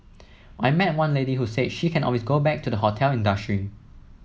I met one lady who said she can always go back to the hotel industry